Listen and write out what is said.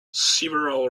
several